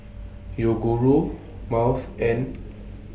Yoguru Miles and